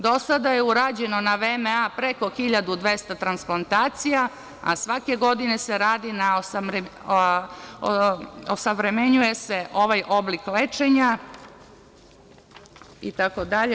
Do sada je urađeno na VMA preko 1.200 transplantacija, a svake godine osavremenjuje se ovaj oblik lečenja itd.